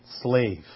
Slave